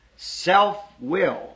Self-will